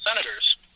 senators